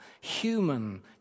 human